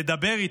לדבר איתו.